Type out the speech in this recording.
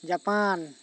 Japan